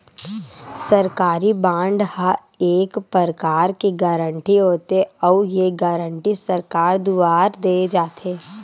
सरकारी बांड ह एक परकार के गारंटी होथे, अउ ये गारंटी सरकार दुवार देय जाथे